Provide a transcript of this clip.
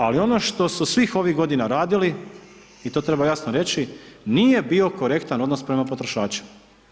Ali ono što su svih ovih godina radili i to treba jasno reći, nije bio korektan odnos prema potrošačima.